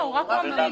הוא רק מעביר.